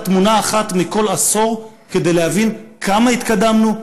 תמונה אחת מכל עשור כדי להבין כמה התקדמנו,